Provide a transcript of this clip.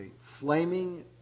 Flaming